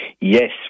Yes